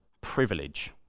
privilege